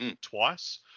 twice